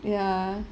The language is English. ya